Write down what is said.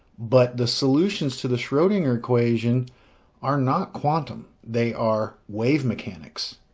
but the solutions to the schrodinger equation are not quantum! they are wave mechanics.